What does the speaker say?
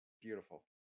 beautiful